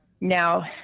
now